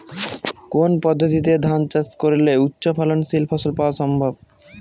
কোন পদ্ধতিতে ধান চাষ করলে উচ্চফলনশীল ফসল পাওয়া সম্ভব?